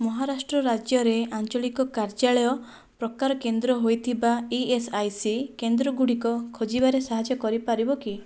ମହାରାଷ୍ଟ୍ର ରାଜ୍ୟରେ ଆଞ୍ଚଳିକ କାର୍ଯ୍ୟାଳୟ ପ୍ରକାର କେନ୍ଦ୍ର ହୋଇଥିବା ଇଏସ୍ଆଇସି କେନ୍ଦ୍ରଗୁଡ଼ିକ ଖୋଜିବାରେ ସାହାଯ୍ୟ କରିପାରିବ କି